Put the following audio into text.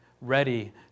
ready